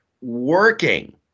working